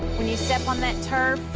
when you step on that turf,